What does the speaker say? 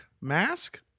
mask